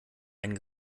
einen